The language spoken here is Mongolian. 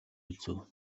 үзэв